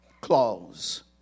clause